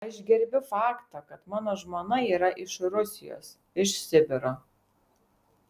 aš gerbiu faktą kad mano žmona yra iš rusijos iš sibiro